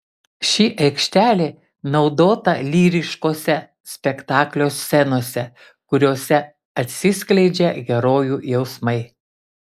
ši aikštelė naudota lyriškose spektaklio scenose kuriose atsiskleidžia herojų jausmai